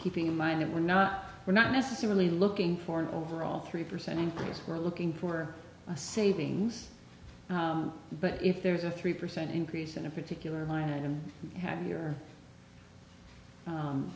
keeping in mind that we're not we're not necessarily looking for an overall three percent increase we're looking for savings but if there's a three percent increase in a particular line and i'm having your